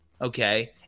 okay